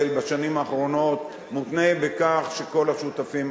בשנים האחרונות מותנה בכך שכל השותפים מסכימים.